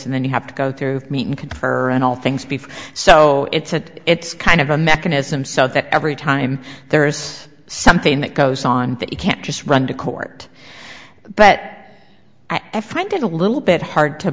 and then you have to go through meaning concurrent all things before so it's kind of a mechanism so that every time there's something that goes on that you can't just run to court but i find it a little bit hard to